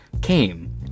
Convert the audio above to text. came